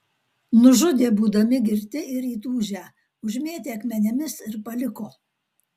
nužudė būdami girti ir įtūžę užmėtė akmenimis ir paliko